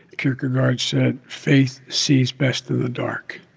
kierkegaard said, faith sees best in the dark.